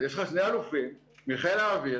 אז יש לך שני אלופים מחיל האוויר,